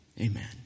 Amen